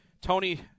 Tony